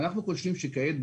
אנחנו חושבים שכעת,